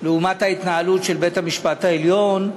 לעומת ההתנהלות של בית-המשפט העליון,